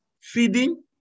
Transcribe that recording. feeding